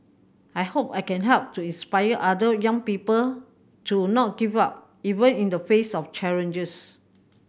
I hope I can help to inspire other young people to not give up even in the face of challenges